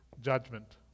judgment